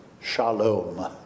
shalom